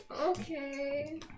Okay